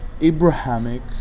Abrahamic